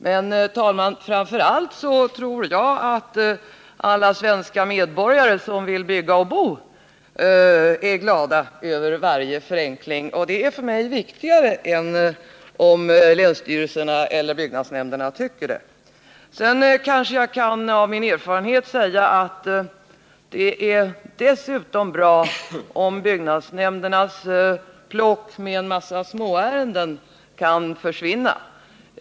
Men, herr talman, framför allt tror jag att alla svenska medborgare som vill bygga och bo är glada över varje förenkling, och det är för mig viktigare än om länsstyrelserna eller byggnadsnämnderna tycker det. Sedan kan jag på grundval av min erfarenhet säga att det dessutom är bra om byggnadsnämndernas plock med en massa småärenden kan försvinna.